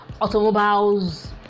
automobiles